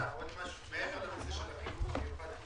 מעבר לנושא של החינוך המיוחד,